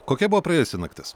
kokia buvo praėjusi naktis